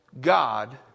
God